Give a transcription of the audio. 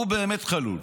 הוא באמת חלול.